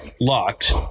locked